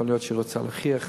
יכול להיות שהיא רוצה להוכיח,